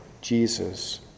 Jesus